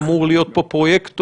אמור להיות פה פרויקטור.